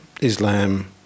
Islam